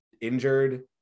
injured